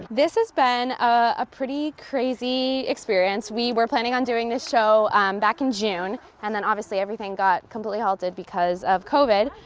this has been a a pretty crazy experience, we were planning on doing this show back in june and then obviously everything got completely halted because of covid.